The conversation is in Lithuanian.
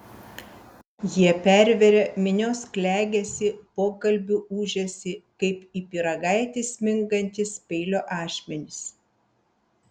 jie perveria minios klegesį pokalbių ūžesį kaip į pyragaitį smingantys peilio ašmenys